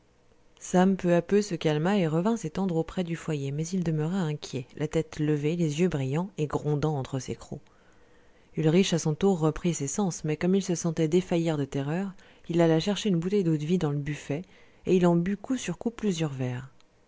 sam peu à peu se calma et revint s'étendre auprès du foyer mais il demeurait inquiet la tête levée les yeux brillants et grondant entre ses crocs ulrich à son tour reprit ses sens mais comme il se sentait défaillir de terreur il alla chercher une bouteille d'eau-de-vie dans le buffet et il en but coup sur coup plusieurs verres